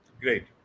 Great